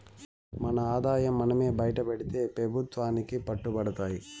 మన ఆదాయం మనమే బైటపెడితే పెబుత్వానికి పట్టు బడతాము